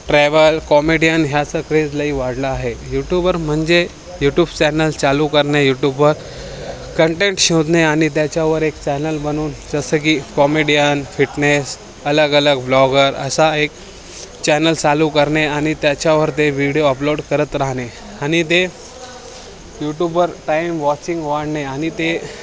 travel comedian ह्याचं craze लई वाढला आहे यूटूबर म्हणजे यूटूब चॅनलस चालू करणे यूटूबवर कंटेंट शोधणे आणि त्याच्यावर एक चॅनल बनवून जसं की कॉमेडियन फिटनेस अलगअलग व्लॉगर असा एक चॅनल चालू करणे आणि त्याच्यावर ते व्हिडिओ अपलोड करत राहणे आणि ते यूटूबवर टाईम वॉचिंग वाढणे आणि ते